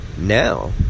Now